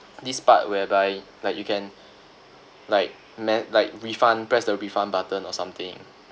this part whereby like you can like man like refund press the refund button or something